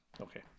okay